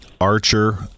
archer